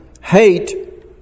hate